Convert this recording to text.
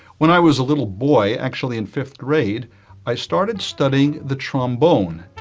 when i was a little, boy actually in fifth grade i started studying the trombone